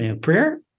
prayer